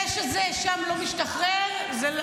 זה שזה לא משתחרר שם,